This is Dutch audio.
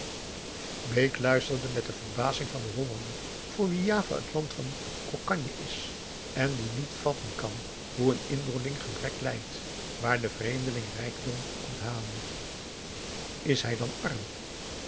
bake luisterde met de verbazing van den hollander voor wien java het land van cocagne is en die niet vatten kan hoe een inboorling gebrek lijdt waar de vreemdeling rijkdom komt halen augusta de wit orpheus in de dessa is hij dan arm